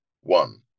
one